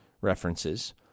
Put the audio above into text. references